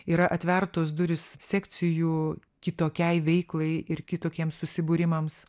yra atvertos durys sekcijų kitokiai veiklai ir kitokiems susibūrimams